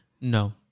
no